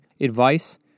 advice